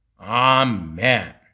Amen